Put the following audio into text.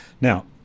now